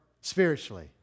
spiritually